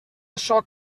açò